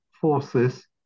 forces